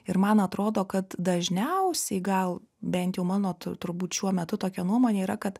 ir man atrodo kad dažniausiai gal bent jau mano tu turbūt šiuo metu tokia nuomonė yra kad